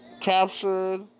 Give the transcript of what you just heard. captured